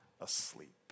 asleep